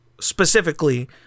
specifically